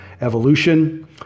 evolution